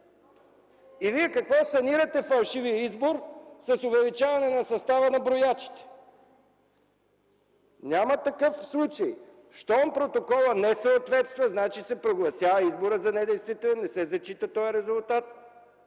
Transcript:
И Вие какво, санирате фалшивия избор с увеличаване състава на броячите! Няма такъв случай! Щом протоколът не съответства, значи се прогласява изборът за недействителен, не се зачита този резултат.